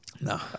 No